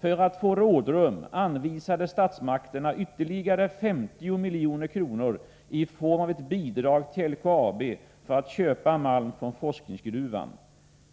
För att få rådrum anvisade statsmakterna ytterligare 50 milj.kr. i form av ett bidrag till LKAB för att köpa malm från forskningsgruvan.